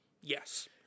Yes